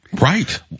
Right